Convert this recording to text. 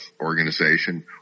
organization